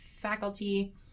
faculty